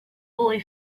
boy